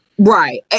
Right